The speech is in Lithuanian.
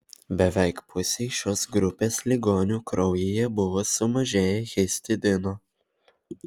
beveik pusei šios grupės ligonių kraujyje buvo sumažėję histidino